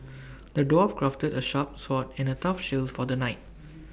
the dwarf crafted A sharp sword and A tough shield for the knight